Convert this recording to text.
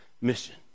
mission